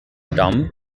dumb